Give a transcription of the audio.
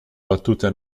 battute